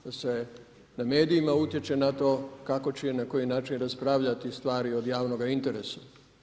Da se na medijima utječe na to kako će i na koji način raspravljati stvari od javnoga interesa.